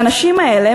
האנשים האלה,